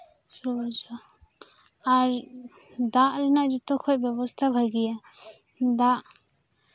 ᱥᱚᱵᱡᱤ ᱟᱨ ᱫᱟᱜ ᱨᱮᱱᱟᱜ ᱡᱚᱛᱚ ᱠᱷᱚᱡ ᱵᱮᱵᱚᱥᱛᱷᱟ ᱵᱷᱟᱹᱜᱤᱭᱟ ᱫᱟᱜ